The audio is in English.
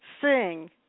sing